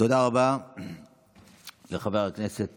תודה רבה לחבר הכנסת